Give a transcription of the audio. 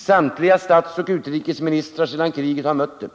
Samtliga statsoch utrikesministrar sedan kriget har mött det.